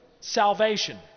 Salvation